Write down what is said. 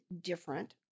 different